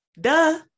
Duh